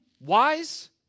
wise